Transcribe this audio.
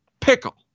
pickle